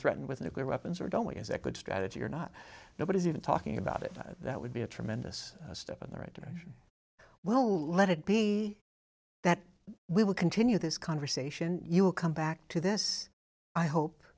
threatened with nuclear weapons or don't we as a good strategy or not nobody is even talking about it that would be a tremendous step in the right direction well let it be that we will continue this conversation you will come back to this i hope